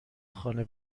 خانه